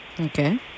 Okay